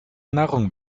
nahrung